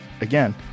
again